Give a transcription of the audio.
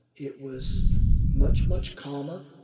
it was much, much calmer.